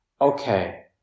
okay